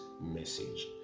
message